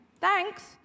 Thanks